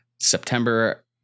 September